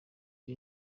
ibi